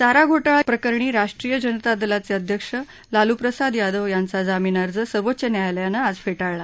चारा घोटाळा प्रकरणी राष्ट्रीय जनता दलाचे अध्यक्ष लालू प्रसाद यादव यांचा जामीन अर्ज सर्वोच्च न्यायालयानं आज फेटाळला